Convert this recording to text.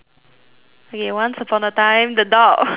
okay once upon a time the dog